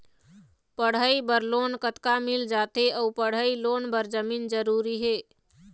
पढ़ई बर लोन कतका मिल जाथे अऊ पढ़ई लोन बर जमीन जरूरी हे?